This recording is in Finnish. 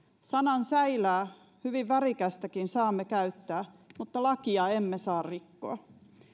sanansäilää hyvin värikästäkin saamme käyttää mutta lakia emme saa rikkoa